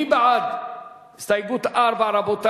מי בעד לחלופין ו'?